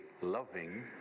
loving